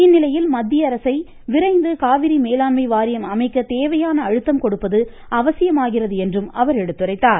இந்நிலையில் மத்திய அரசை விரைந்து காவிரி மேலாண்மை வாரியம் அமைக்க தேவையான அழுத்தம் கொடுப்பது அவசியமாகிறது என்றும் அவர் எடுத்துரைத்தார்